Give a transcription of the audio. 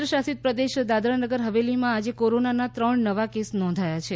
કેન્દ્રશાસિત પ્રદેશ દાદરાનગર હવેલીમાં આજે કોરોનાના ત્રણ નવા કેસો નોંધાયા છે